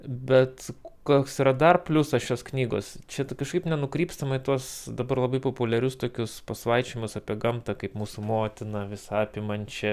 bet koks yra dar pliusas šios knygos čia kažkaip nenukrypstama į tuos dabar labai populiarius tokius pasvaičiojimus apie gamtą kaip mūsų motiną visa apimančią